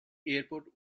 airport